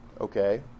Okay